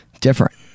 different